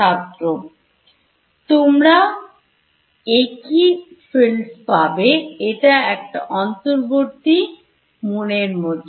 তোমরা একই fields পাবে এটা একটা অন্তর্বর্তী মনের মত